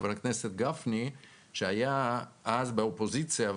חבר הכנסת גפני שהיה אז באופוזיציה,